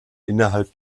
innerhalb